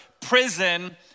prison